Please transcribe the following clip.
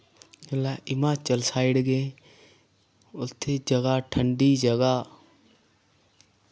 जेल्लै हिमाचल साइड गे उत्थै जगह ठंडी जगह्